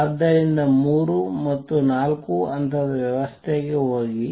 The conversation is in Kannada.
ಆದ್ದರಿಂದ ಮೂರು ಅಥವಾ ನಾಲ್ಕು ಹಂತದ ವ್ಯವಸ್ಥೆಗೆ ಹೋಗಿ